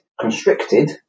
constricted